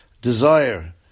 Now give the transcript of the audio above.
desire